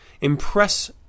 impress